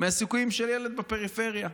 מהסיכויים של ילד בפריפריה,